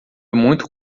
muito